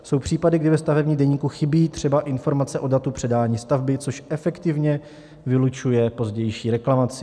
Jsou případy, kdy ve stavebním deníku chybí třeba informace o datu předání stavby, což efektivně vylučuje pozdější reklamaci.